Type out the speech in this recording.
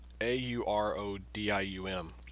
A-U-R-O-D-I-U-M